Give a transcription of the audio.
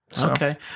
Okay